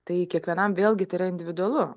tai kiekvienam vėlgi tai yra individualu